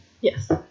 Yes